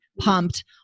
pumped